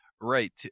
Right